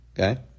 Okay